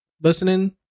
listening